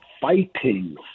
fighting